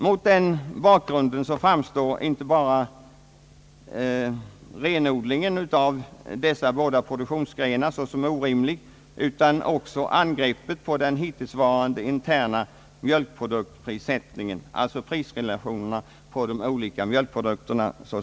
Mot den bakgrunden framstår inte bara renodlingen av dessa båda produktionsgrenar såsom orimlig, utan också angreppet på den hittillsvarande interna mjölkproduktprissättningen, alltså prisrelationerna mellan de olika mjölkprodukterna.